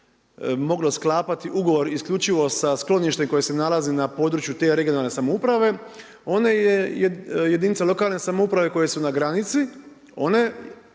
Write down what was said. moglo sklapati ugovor isključivo sa skloništem koje se nalazi na području te regionalne samouprave, onda jedinice lokalne samouprave koje su na granici,